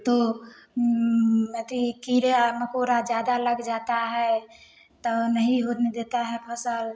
तो एथि कीड़ा मकोड़ा ज़्यादा लग जाता है तो नहीं होने देता है फसल